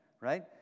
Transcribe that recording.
Right